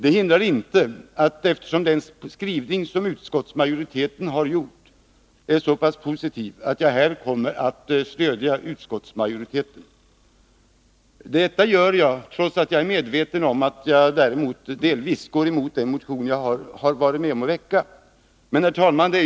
Det hindrar inte att jag, eftersom utskottsmajoritetens skrivning är så pass positiv som den är, kommer att stödja utskottsmajoritetens förslag. Det gör jag trots att jag är medveten om att jag därmed delvis går emot den motion jag har varit med om att väcka. Herr talman!